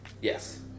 yes